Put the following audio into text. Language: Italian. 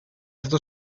stato